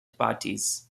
parties